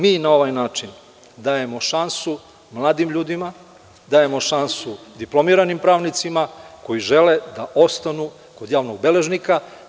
Mi na ovaj način dajemo šansu mladim ljudima, dajemo šansu diplomiranim pravnicima koji žele da ostanu kod javnog beležnika.